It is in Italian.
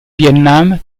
vietnam